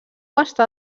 està